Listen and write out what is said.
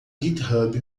github